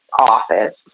office